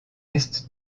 est